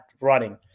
running